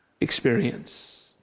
experience